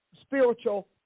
spiritual